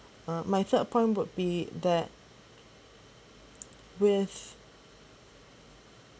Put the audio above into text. uh my third point would be that with